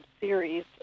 series